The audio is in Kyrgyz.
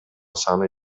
саны